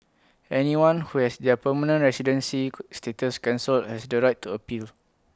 anyone who has their permanent residency could status cancelled has the right to appeal